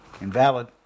Invalid